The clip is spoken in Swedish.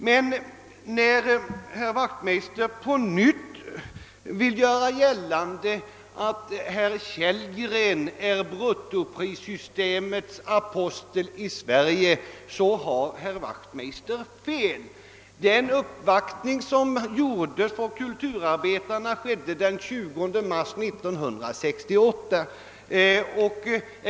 Men när herr Wachtmeister på nytt vill göra gällande att apostel i Sverige, så har han fel. Kulturarbetarnas skrivelse till regeringen inlämnades den 20 mars 1968.